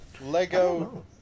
Lego